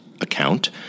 account